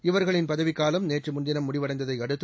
இவர்களின் பதவிக்காலம் நேற்று முன்தினம் முடிவடைந்ததை அடுத்து